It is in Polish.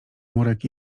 murek